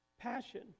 passion